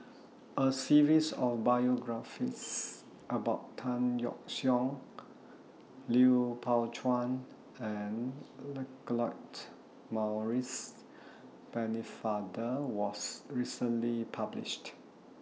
A series of biographies about Tan Yeok Seong Lui Pao Chuen and Maurice Pennefather was recently published